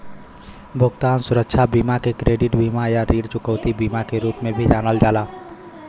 भुगतान सुरक्षा बीमा के क्रेडिट बीमा या ऋण चुकौती बीमा के रूप में भी जानल जाला